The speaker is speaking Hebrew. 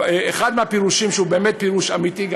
אחד הפירושים, שהוא באמת פירוש אמיתי: